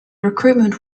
recruitment